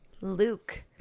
Luke